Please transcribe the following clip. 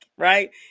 right